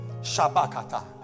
Shabakata